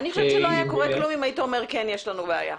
אני חושבת שלא היה קורה כלום אם היית אומר שיש בעיה.